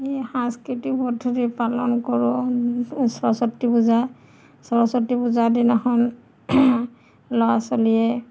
এই সাংস্কৃতিক পদ্ধতিত পালন কৰোঁ সৰস্বতী পূজা সৰস্বতী পূজাৰ দিনাখন ল'ৰা ছোৱালীয়ে